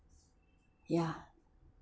ya